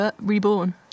reborn